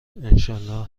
انشااله